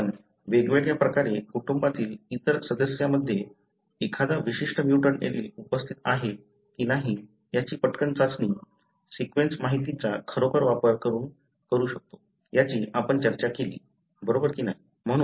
आपण वेगवेगळ्या प्रकारे कुटुंबातील इतर सदस्यामध्ये एखादा विशिष्ट म्युटंट एलील उपस्थित आहे की नाही याची पटकन चाचणी सीक्वेन्स माहितीचा खरोखर वापर करून करू शकतो याची आपण चर्चा केली बरोबर की नाही